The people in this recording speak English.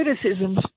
criticisms